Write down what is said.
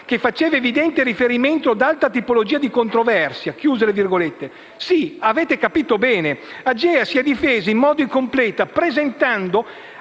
(che faceva evidente riferimento ad altra tipologia di controversia)». Sì, avete capito bene: AGEA si è difesa in modo incompleto, presentando